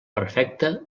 perfecta